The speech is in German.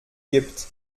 gibt